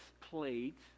plate